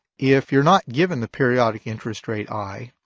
if you're not given the periodic interest rate i,